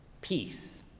peace